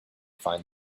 find